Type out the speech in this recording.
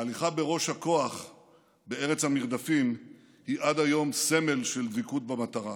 ההליכה בראש הכוח בארץ המרדפים היא עד היום סמל של דבקות במטרה: